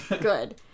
Good